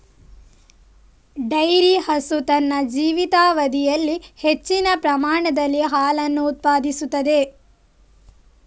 dairy ಹಸು ತನ್ನ ಜೀವಿತಾವಧಿಯಲ್ಲಿ ಹೆಚ್ಚಿನ ಪ್ರಮಾಣದಲ್ಲಿ ಹಾಲನ್ನು ಉತ್ಪಾದಿಸುತ್ತದೆ